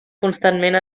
constantment